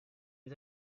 est